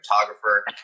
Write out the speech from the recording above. photographer